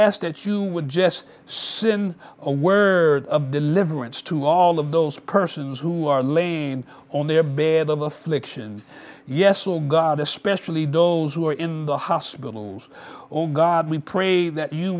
ask that you would just sit in a word of deliverance to all of those persons who are laying on their bed of affliction yes oh god especially those who are in the hospitals or god we pray that you